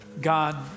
God